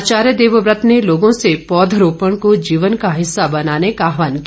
आचार्य देवव्रत ने लोगों से पौधरोपण को जीवन का हिस्सा बनाने का आहवान किया